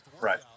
Right